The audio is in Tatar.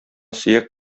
сөяк